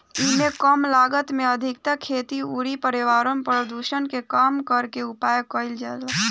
एइमे कम लागत में अधिका खेती अउरी पर्यावरण प्रदुषण के कम करे के उपाय कईल जाला